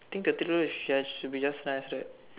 think thirty dollar sho~ should be just nice right